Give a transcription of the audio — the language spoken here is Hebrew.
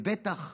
בצורה